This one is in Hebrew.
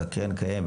והקרן קיימת,